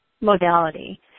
modality